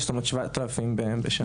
זאת אומרת 7,000 בשנה.